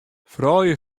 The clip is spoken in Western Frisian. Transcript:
froulju